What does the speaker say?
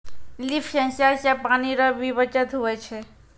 लिफ sensor से पानी रो भी बचत हुवै छै